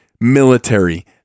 military